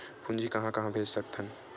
पूंजी कहां कहा भेज सकथन?